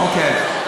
אוקיי.